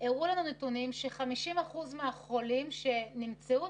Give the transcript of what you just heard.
הראו לנו נתונים ש-50% מהחולים שנמצאו,